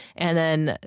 and then,